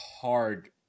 hard